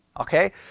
Okay